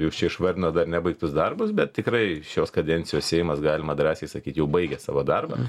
jūs čia išvardinot dar nebaigtus darbus bet tikrai šios kadencijos seimas galima drąsiai sakyt jau baigia savo darbą